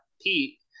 Pete